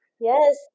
Yes